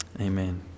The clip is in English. amen